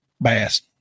Bass